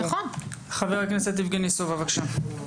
חבר הכנסת יבגני סובה, בבקשה.